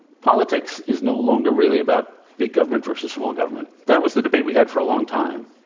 politics is no longer really about big government versus small government. that was the debate we had for a long time.